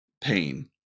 pain